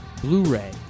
Blu-ray